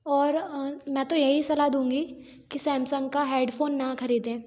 और मैं तो यही सलाह दूंगी की सैमसंग का हेडफ़ोन न ख़रीदें